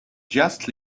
just